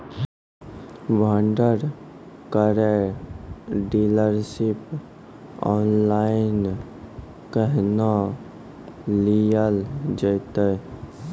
Vendor केर dealership online केहनो लियल जेतै?